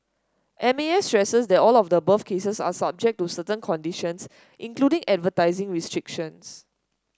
M A S stresses that all of the above cases are subject to certain conditions including advertising restrictions